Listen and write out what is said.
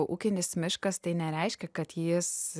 ūkinis miškas tai nereiškia kad jis